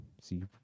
See